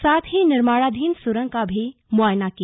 साथ ही निर्माणाधीन सुरंग का भी मुआयना किया